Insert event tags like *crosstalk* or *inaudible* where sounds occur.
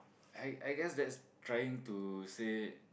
I I guess that's trying to say *noise*